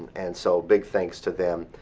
and so, big thanks to them.